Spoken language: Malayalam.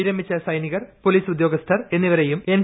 വിരമിച്ച സൈനികർ പോലീസ് ഉദ്ദ്യോഗ്സ്ഥർ എന്നിവരെയും എൻ